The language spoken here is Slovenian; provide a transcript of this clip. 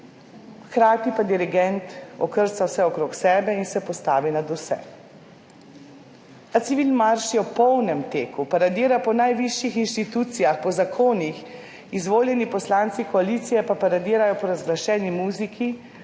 hkrati pa dirigent okrca vse okrog sebe in se postavi nad vse. A civilmarš je v polnem teku, paradira po najvišjih institucijah, po zakonih izvoljeni poslanci koalicije pa paradirajo po razglašeni muziki,